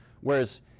whereas